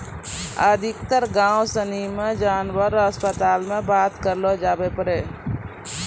अधिकतर गाम सनी मे जानवर रो अस्पताल मे बात करलो जावै पारै